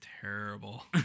terrible